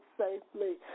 safely